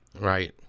Right